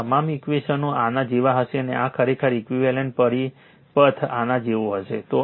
આ તમામ ઈક્વેશનો આના જેવા હશે અને આખરે ઇક્વીવેલન્ટ પરિપથ આના જેવું હશે